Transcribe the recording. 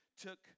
took